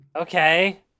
Okay